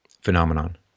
phenomenon